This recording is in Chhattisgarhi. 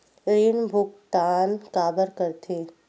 ऋण भुक्तान काबर कर थे?